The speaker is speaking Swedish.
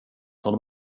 honom